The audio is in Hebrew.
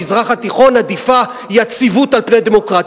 במזרח התיכון עדיפה יציבות על פני דמוקרטיה?